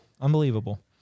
Unbelievable